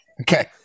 Okay